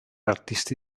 artisti